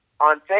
on